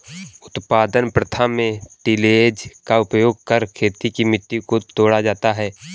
उत्पादन प्रथा में टिलेज़ का उपयोग कर खेत की मिट्टी को तोड़ा जाता है